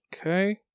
Okay